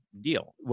deal